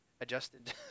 adjusted